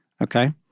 okay